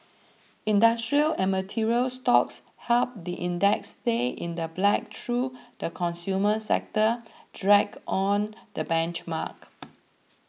industrial and material stocks helped the index stay in the black though the consumer sector dragged on the benchmark